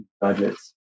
budgets